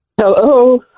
Hello